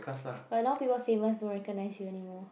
but now people famous don't recognize you anymore